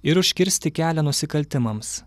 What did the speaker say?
ir užkirsti kelią nusikaltimams